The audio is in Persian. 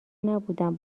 نبودم